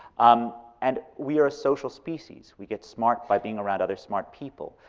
um and we are a social species, we get smart by being around other smart people.